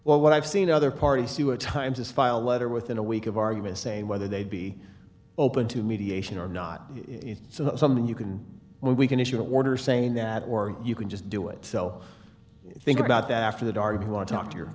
well what i've seen other parties to a times is file letter within a week of argument say whether they'd be open to mediation or not so that's something you can we can issue an order saying that or you can just do it so i think about that after the dart who want to talk to your